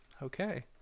Okay